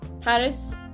Paris